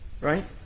right